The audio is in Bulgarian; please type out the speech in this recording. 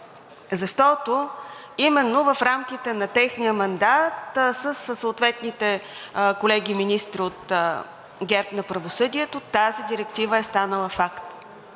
защото именно в рамките на техния мандат със съответните колеги министри от ГЕРБ – на правосъдието, тази директива е станала факт.